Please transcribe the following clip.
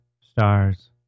stars